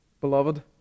beloved